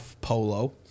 Polo